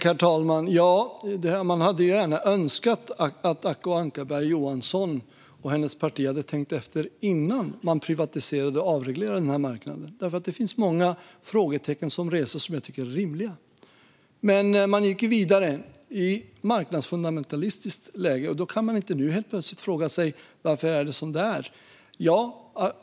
Herr talman! Ja, man hade gärna önskat att Acko Ankarberg Johansson och hennes parti hade tänkt efter innan de privatiserade och avreglerade den här marknaden. Det är många frågetecken som reses som jag tycker är rimliga. Men man gick vidare i marknadsfundamentalistisk riktning. Då kan man inte nu helt plötsligt fråga varför det är som det är.